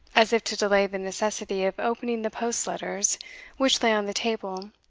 as if to delay the necessity of opening the post-letters which lay on the table,